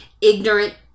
ignorant